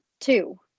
two